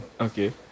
Okay